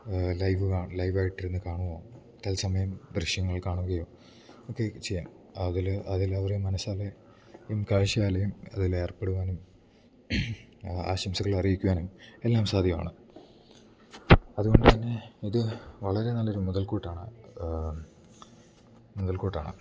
live live ആയിട്ട് ഇരുന്ന് കാണുമ്പോൾ തല്സമയം ദൃശ്യങ്ങൾ കാണുകയോ ഒക്കെ ചെയ്യാം അതിൽ അതിൽ അവരെ മനസ്സാലെയും കാഴ്ചയാലെയും അതിൽ ഏർപ്പെടുവാനും ആശംസകൾ അറിയിക്കുവാനും എല്ലാം സാധ്യമാണ് അതുകൊണ്ട് തന്നെ ഇത് വളരെ നല്ല ഒരു മുതൽക്കൂട്ടാണ് മുതൽക്കൂട്ടാണ്